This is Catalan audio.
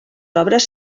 obres